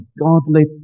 godly